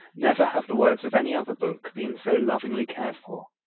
never have the words of any other book been so lovingly cared for.